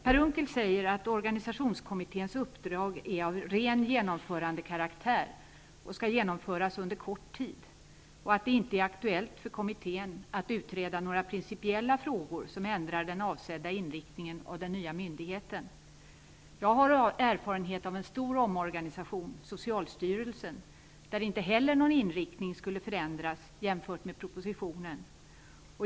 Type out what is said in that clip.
Per Unckel säger att organisationskommitténs uppdrag är av ren genomförandekaraktär och skall genomföras under kort tid. Det är inte aktuellt för kommittén att utreda några principiella frågor som ändrar den avsedda inriktningen av den nya myndigheten. Jag har erfarenhet av en stor omorganisation på socialstyrelsen. Där skulle inte heller någon inriktning förändras jämfört med propositionen.